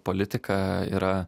politika yra